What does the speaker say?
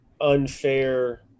unfair